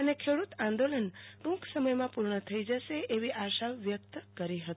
અને ખેડ઼ત આંદોલન ટુંક સમયમાં પુર્ણ થઈ જશે એવી આશા વ્યક્ત કરી હતી